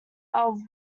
are